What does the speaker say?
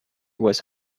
was